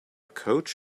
coach